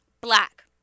black